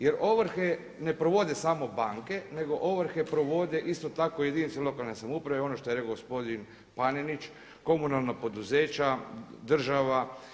Jer ovrhe ne provode samo banke nego ovrhe provode isto tako jedinice lokalne samouprave i ono što je rekao gospodin Panenić, komunalna poduzeća, država.